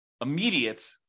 immediate